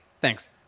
thanks